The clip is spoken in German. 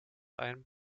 einem